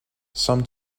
some